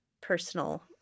personal